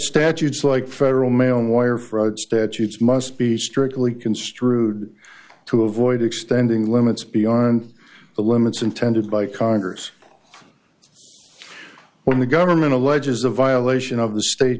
statutes like federal my own wire fraud statutes must be strictly construed to avoid extending limits beyond the limits intended by congress when the government alleges a violation of the state